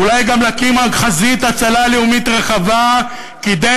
ואולי גם להקים חזית הצלה לאומית רחבה כדי